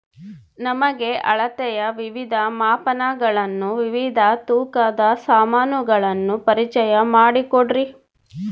ನಮಗೆ ಅಳತೆಯ ವಿವಿಧ ಮಾಪನಗಳನ್ನು ವಿವಿಧ ತೂಕದ ಸಾಮಾನುಗಳನ್ನು ಪರಿಚಯ ಮಾಡಿಕೊಡ್ರಿ?